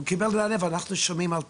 הוא קיבל מענה, ואנחנו שומעים על